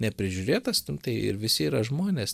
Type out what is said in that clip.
neprižiūrėtas ten tai ir visi yra žmonės